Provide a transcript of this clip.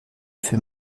für